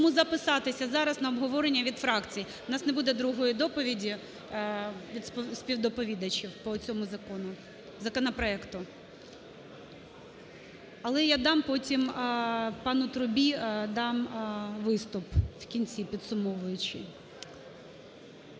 тому записатися зараз на обговорення від фракцій. У нас не буде другої доповіді від співдоповідачів по оцьому закону, законопроекту, але я дам потім пану Трубі, дам виступ в кінці, підсумовуючи.